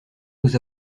nous